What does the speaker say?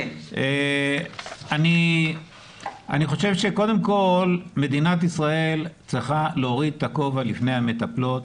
אני חושב שמדינת ישראל צריכה להוריד את הכובע בפני המטפלות